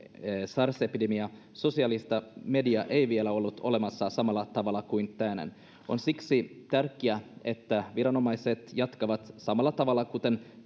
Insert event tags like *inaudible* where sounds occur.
sars epidemia sosiaalista mediaa ei vielä ollut olemassa samalla tavalla kuin tänään siksi on tärkeää että viranomaiset jatkavat samalla tavalla kuten *unintelligible*